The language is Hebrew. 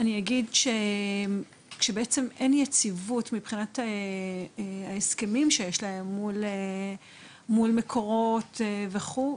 אני אגיד שבעצם אין יציבות מבחינת ההסכמים שיש להם אל מול מקורות וכו',